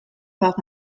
par